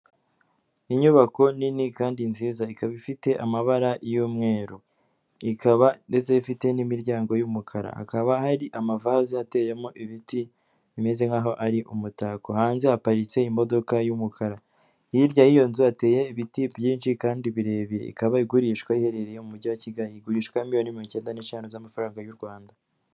Inyubako nini kandi nziza ikaba ifite amabara y'umweru, ikaba ifite n'imiryango y'umukara, hakaba hari amavaze ateyemo ibiti bimeze nk'aho ari umutako, hanze haparitse imodoka y'umukara, hirya y'iyo nzu hateye ibiti byinshi kandi birebire, ikaba igurishwa aho iherereye mu mujyi wa Kigali igurishwa miliyoni mirongo icyenda n'eshanu z'amafaranga y'u Rwanda.